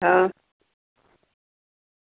હા